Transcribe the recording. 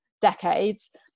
decades